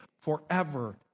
forever